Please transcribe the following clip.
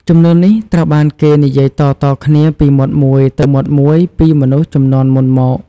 ជំនឿនេះត្រូវបានគេនិយាយតៗគ្នាពីមាត់មួយទៅមាត់មួយពីមនុស្សជំនាន់មុនមក។